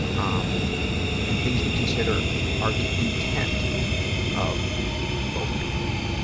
um and things to consider are the intent of both people